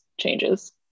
changes